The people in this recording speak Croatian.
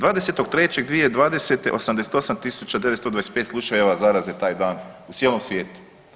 20.3.2020. 88925 slučajeva zaraze taj dan u cijelom svijetu.